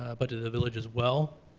ah but to the village as well.